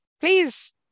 please